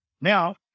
Now